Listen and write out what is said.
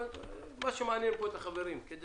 מה שמעניין פה את החברים, כדי